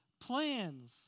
plans